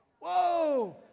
whoa